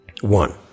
one